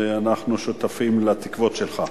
ואנחנו שותפים לתקוות שלך.